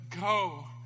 go